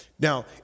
Now